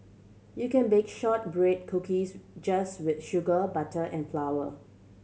you can bake shortbread cookies just with sugar butter and flour